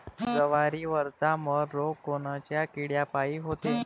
जवारीवरचा मर रोग कोनच्या किड्यापायी होते?